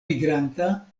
migranta